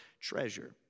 treasure